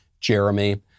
Jeremy